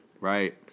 right